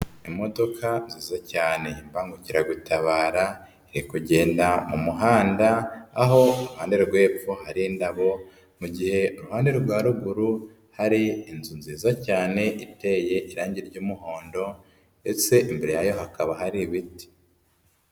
Imodokaza cyane y'imbangukiragutabara iri kugenda mu muhanda, aho iruhande rw'epfo hari indabo mu gihe iruhande rwa ruguru hari inzu nziza cyane iteye irangi ry'umuhondo ndetse imbere yayo hakaba hari ibiti.